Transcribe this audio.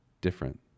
different